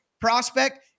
prospect